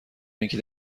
اینکه